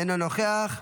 אינו נוכח.